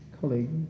colleague